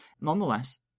Nonetheless